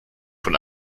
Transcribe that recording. vor